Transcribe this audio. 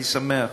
אני שמח,